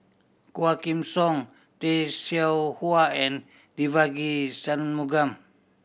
Quah Kim Song Tay Seow Huah and Devagi Sanmugam